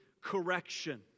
correction